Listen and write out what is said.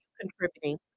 contributing